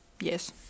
Yes